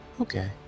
Okay